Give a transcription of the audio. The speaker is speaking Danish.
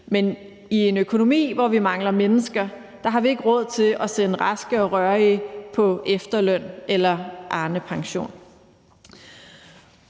men i en økonomi, hvor vi mangler mennesker, har vi ikke råd til at sende raske og rørige på efterløn eller Arnepension.